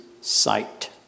sight